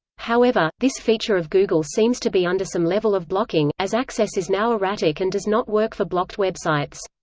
however, this feature of google seems to be under some level of blocking, as access is now erratic and does not work for blocked websites.